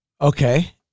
Okay